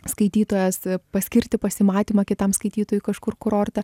skaitytojas paskirti pasimatymą kitam skaitytojui kažkur kurorte